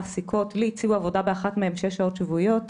לי הציעו עבודה באחת מהן של שש שעות שבועיות.